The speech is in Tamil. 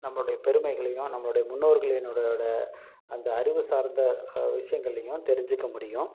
நம்மளுடைய பெருமைகளையும் நம்மளுடைய முன்னோர்களின்னோடனோட அந்த அறிவு சார்ந்த விஷயங்களையும் தெரிஞ்சுக்க முடியும்